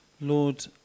Lord